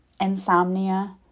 insomnia